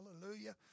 Hallelujah